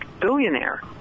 billionaire